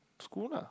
school lah